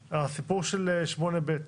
לתיקון סעיף 8ב,